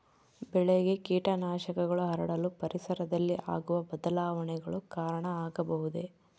ಬೆಳೆಗೆ ಕೇಟನಾಶಕಗಳು ಹರಡಲು ಪರಿಸರದಲ್ಲಿ ಆಗುವ ಬದಲಾವಣೆಗಳು ಕಾರಣ ಆಗಬಹುದೇ?